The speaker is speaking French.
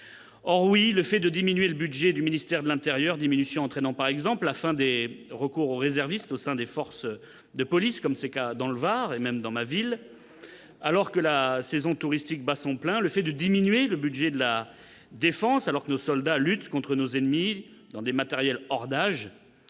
or oui, le fait de diminuer le budget du ministère de l'Intérieur diminutions entraînant par exemple la fin des recours au réserviste au sein des forces de police comme ces cas, dans le Var et même dans ma ville, alors que la saison touristique bat son plein, le fait de diminuer le budget de la défense, alors nos soldats luttent contre nos ennemis dans des matériels hors d'âge,